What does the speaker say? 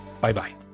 Bye-bye